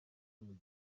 mugire